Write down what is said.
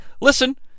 listen